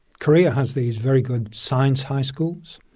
korea has these very good science high schools.